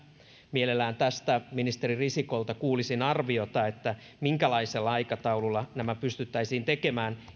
mielelläni tästä ministeri risikolta kuulisin arviota että minkälaisella aikataululla nämä pystyttäisiin tekemään